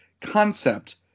concept